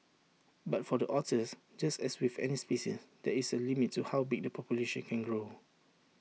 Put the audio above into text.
but for the otters just as with any species there is A limit to how big the population can grow